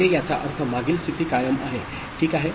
म्हणजे याचा अर्थ मागील स्थिती कायम आहे ठीक आहे